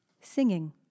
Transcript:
Singing